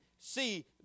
See